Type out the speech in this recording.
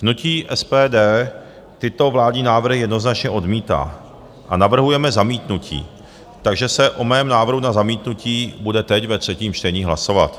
Hnutí SPD tyto vládní návrhy jednoznačně odmítá a navrhujeme zamítnutí, takže se o mém návrhu na zamítnutí bude teď ve třetím čtení hlasovat.